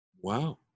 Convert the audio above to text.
Wow